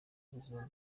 ubuzima